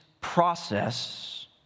process